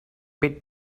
pit